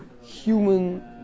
human